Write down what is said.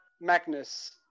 Magnus